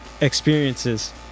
experiences